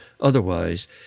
otherwise